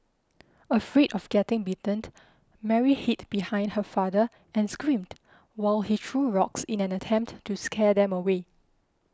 afraid of getting bitten Mary hid behind her father and screamed while he threw rocks in an attempt to scare them away